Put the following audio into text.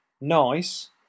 NICE